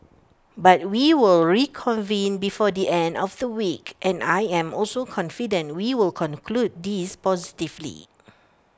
but we will reconvene before the end of the week and I am also confident we will conclude this positively